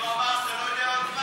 אתה לא יודע מה עוד.